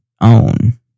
own